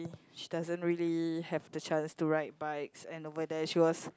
she doesn't really have the chance to ride bikes and over there she was